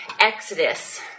Exodus